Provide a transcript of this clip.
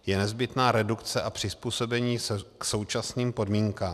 Je nezbytná redukce a přizpůsobení se současným podmínkám.